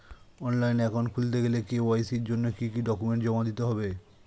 Online account খুলতে গেলে KYC জন্য কি কি ডকুমেন্ট জমা দিতে হবে?